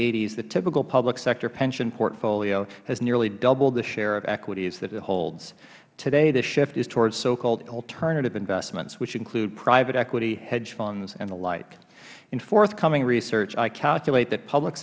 s the typical public sector pension portfolio has nearly doubled the share of equities that it holds today the shift is towards so called alternative investments which include private equity hedge funds and the like in forthcoming research i calculate that public